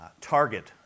target